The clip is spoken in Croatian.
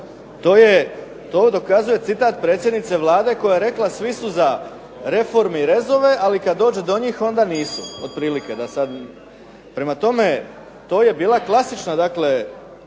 ovo dokazuje citat predsjednice Vlade koja je rekla svi su za reforme i rezove, ali kad dođe do njih onda nisu, otprilike, da sad. Prema tome to je bila klasična dakle